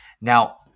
Now